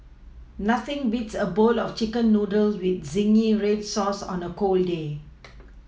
nothing beats a bowl of chicken noodles with zingy red sauce on a cold day